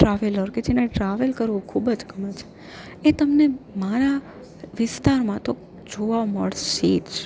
traveller કે જેને travel કરવું ખૂબ જ ગમે છે એ તમને મારા વિસ્તારમાં તો જોવા મળશે જ